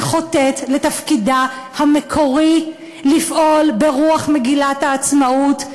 שחוטאת לתפקידה המקורי לפעול ברוח מגילת העצמאות,